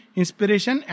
inspiration